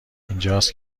اینجاست